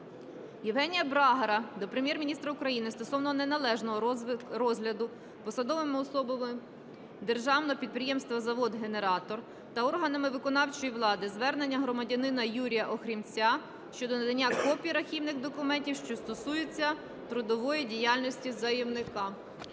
Євгенія Брагара до Прем'єр-міністра України стосовно неналежного розгляду посадовими особами Державного підприємства завод "Генератор" та органами виконавчої влади звернення громадянина Юрія Охрімця щодо надання копій архівних документів, що стосуються трудової діяльності заявника.